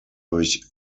durch